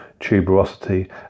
tuberosity